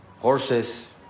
Horses